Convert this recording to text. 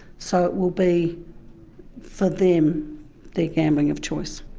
so it will be for them their gambling of choice.